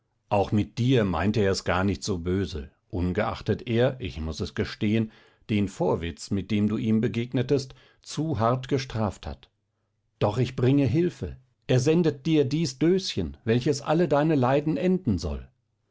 auch mit dir meint er es gar nicht so böse ungeachtet er ich muß es gestehen den vorwitz womit du ihm begegnetest zu hart gestraft hat doch ich bringe hilfe er sendet dir dies döschen welches alle deine leiden enden soll